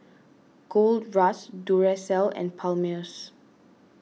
Gold Roast Duracell and Palmer's